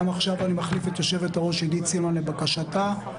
חברת הכנסת עידית סילמן ביקשה להחליף אותה